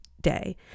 day